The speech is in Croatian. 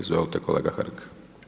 Izvolite kolega Hrg.